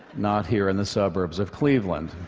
not here in the suburbs of cleveland.